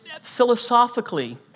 philosophically